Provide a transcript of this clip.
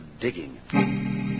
digging